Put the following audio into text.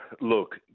Look